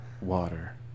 Water